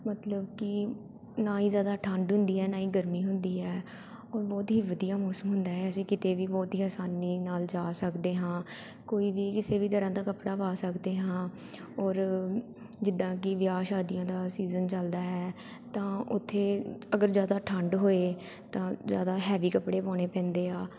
ਮਤਲਬ ਕਿ ਨਾ ਹੀ ਜ਼ਿਆਦਾ ਠੰਡ ਹੁੰਦੀ ਹੈ ਨਾ ਹੀ ਗਰਮੀ ਹੁੰਦੀ ਹੈ ਔਰ ਬਹੁਤ ਹੀ ਵਧੀਆ ਮੌਸਮ ਹੁੰਦਾ ਹੈ ਅਸੀਂ ਕਿਤੇ ਵੀ ਬਹੁਤ ਹੀ ਆਸਾਨੀ ਨਾਲ ਜਾ ਸਕਦੇ ਹਾਂ ਕੋਈ ਵੀ ਕਿਸੇ ਵੀ ਤਰ੍ਹਾਂ ਦਾ ਕੱਪੜਾ ਪਾ ਸਕਦੇ ਹਾਂ ਔਰ ਜਿੱਦਾਂ ਕਿ ਵਿਆਹ ਸ਼ਾਦੀਆਂ ਦਾ ਸੀਜ਼ਨ ਚੱਲਦਾ ਹੈ ਤਾਂ ਉੱਥੇ ਅਗਰ ਜ਼ਿਆਦਾ ਠੰਡ ਹੋਏ ਤਾਂ ਜ਼ਿਆਦਾ ਹੈਵੀ ਕੱਪੜੇ ਪਾਉਣੇ ਪੈਂਦੇ ਆ